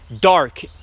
dark